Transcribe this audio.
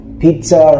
pizza